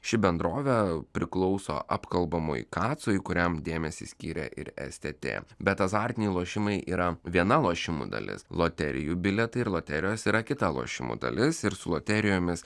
ši bendrovė priklauso apkalbamui kacui kuriam dėmesį skirė ir es tė tė bet azartiniai lošimai yra viena lošimų dalis loterijų bilietai ir loterijos yra kita lošimų dalis ir su loterijomis